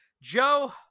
joe